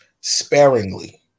sparingly